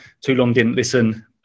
too-long-didn't-listen